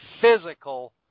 physical